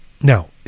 now